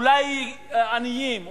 אולי עניים,